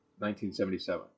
1977